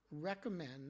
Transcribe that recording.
recommend